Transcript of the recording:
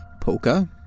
poker